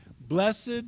Blessed